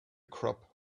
crop